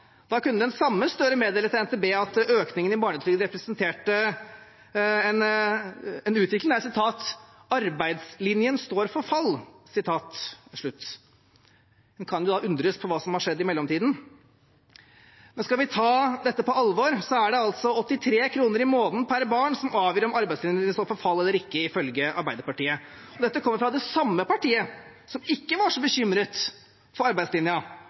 Da kunne den samme Gahr Støre meddele til NTB at økningen i barnetrygd representerte en utvikling der «arbeidslinjen står for fall». Da kan en undres over hva som har skjedd i mellomtiden. Men skal vi ta dette på alvor, er det 83 kr i måneden per barn som avgjør om arbeidslinjen står for fall eller ikke, ifølge Arbeiderpartiet. Dette kommer fra det samme partiet som ikke var så bekymret for